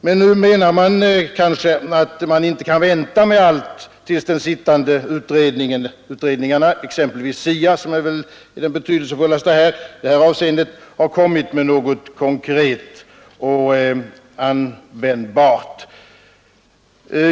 Men man menar att man inte kan vänta med allt tills de sittande utredningarna — exempelvis SIA, som väl är den betydelsefullaste i det här avseendet — har kommit med något konkret och användbart.